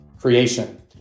creation